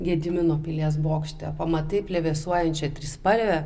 gedimino pilies bokšte pamatai plevėsuojančią trispalvę